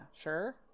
sure